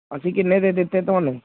ਅਸੀਂ ਕਿੰਨੇ ਦੇ ਦਿੱਤੇ ਤੁਹਾਨੂੰ